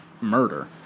murder